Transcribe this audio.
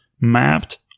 mapped